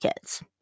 kids